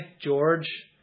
George